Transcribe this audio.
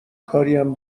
کاریم